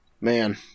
Man